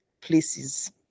places